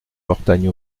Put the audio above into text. mortagne